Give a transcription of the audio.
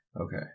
Okay